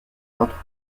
peintres